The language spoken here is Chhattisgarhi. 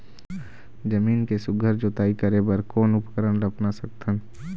जमीन के सुघ्घर जोताई करे बर कोन उपकरण ला अपना सकथन?